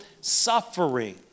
suffering